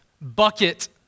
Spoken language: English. bucket